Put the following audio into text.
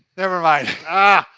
nevermind. ah,